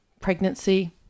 pregnancy